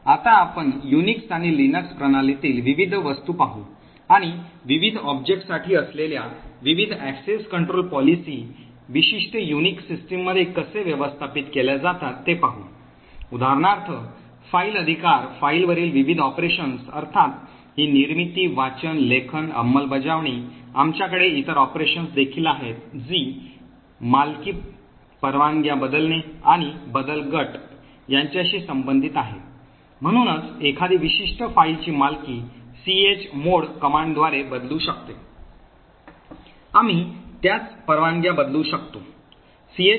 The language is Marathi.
आता आपण युनिक्स आणि लिनक्स प्रणालीतील विविध वस्तू पाहू आणि विविध ऑब्जेक्ट्ससाठी असलेल्या विविध एक्सेस कंट्रोल पॉलिसी विशिष्ट युनिक्स सिस्टममध्ये कसे व्यवस्थापित केल्या जातात ते पाहू उदाहरणार्थ फाइल अधिकार फाईलवरील विविध ऑपरेशन्स अर्थात ही निर्मिती वाचन लेखन अंमलबजावणी आमच्याकडे इतर ऑपरेशन्स देखील आहेत जी मालकी परवानग्या बदलणे आणि बदल गट यांच्याशी संबंधित आहेत म्हणूनच एखादी विशिष्ट फाईलची मालकी chmod कमांडद्वारे बदलू शकते आम्ही त्याच परवानग्या बदलू शकतो